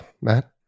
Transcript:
Matt